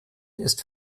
ist